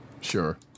sure